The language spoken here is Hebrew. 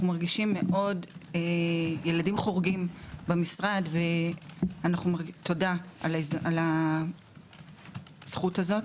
אנחנו מרגישים מאוד ילדים חורגים במשרד ותודה על הזכות הזאת.